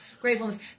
gratefulness